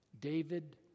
David